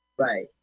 Right